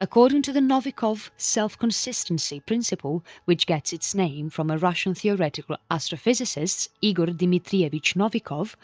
according to the novikov self-consistency principle which gets its name from a russian theoretical astrophysicist igor dmitrievich novikov,